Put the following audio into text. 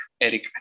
Eric